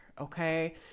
Okay